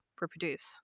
reproduce